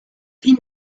fin